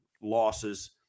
losses